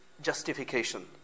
justification